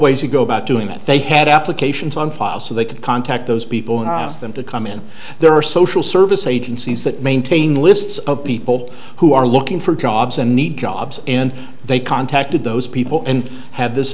ways you go about doing that they had applications on file so they could contact those people and ask them to come in there are social service agencies that maintain lists of people who are looking for jobs and need jobs in they contacted those people and have this